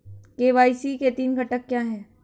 KYC के तीन घटक क्या हैं?